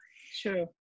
Sure